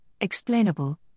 explainable